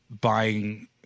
buying